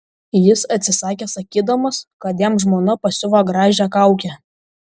jis atsisakė sakydamas kad jam žmona pasiuvo gražią kaukę